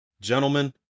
Gentlemen